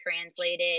translated